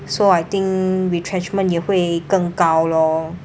so I think retrenchment 也会更高 lor